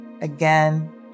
again